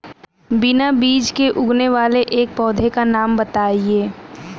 बिना बीज के उगने वाले एक पौधे का नाम बताइए